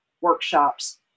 workshops